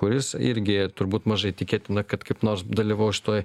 kuris irgi turbūt mažai tikėtina kad kaip nors dalyvaus šitoj